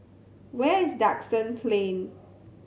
where is Duxton Plain